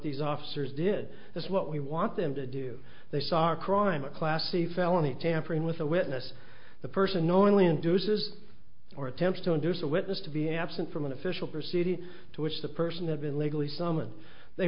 these officers did that's what we want them to do they saw a crime a class c felony tampering with a witness the person knowingly induces or attempts to induce a witness to be absent from an official proceeding to which the person has been legally summoned they